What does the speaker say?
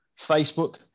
Facebook